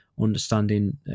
understanding